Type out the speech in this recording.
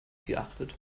geachtet